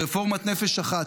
ברפורמת נפש אחת,